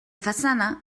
façana